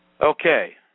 Okay